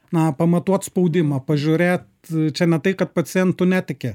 na pamatuot spaudimą pažiūrėt čia ne tai kad pacientu netiki